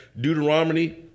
Deuteronomy